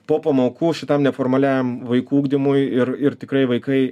po pamokų šitam neformaliajam vaikų ugdymui ir ir tikrai vaikai